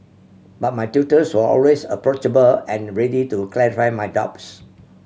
but my tutors were always approachable and ready to clarify my doubts